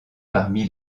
parmi